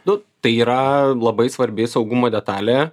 nu tai yra labai svarbi saugumo detalė